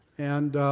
and